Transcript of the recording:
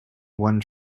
one